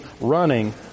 running